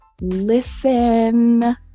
listen